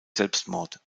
selbstmord